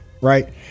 right